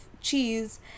cheese